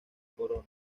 corona